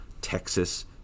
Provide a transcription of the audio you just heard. Texas